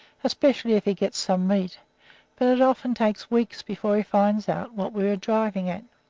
especially if he gets some meat but it often takes weeks before he finds out what we are driving at.